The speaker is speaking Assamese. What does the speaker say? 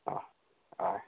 অঁ অঁ